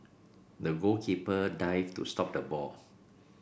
the goalkeeper dived to stop the ball